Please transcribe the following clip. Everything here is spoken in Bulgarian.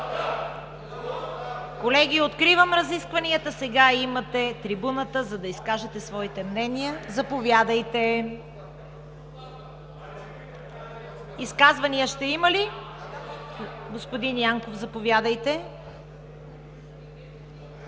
Колеги, откривам разискванията. Сега имате трибуната, за да изкажете своите мнения – заповядайте. Изказвания ще има ли? Господин Янков, заповядайте.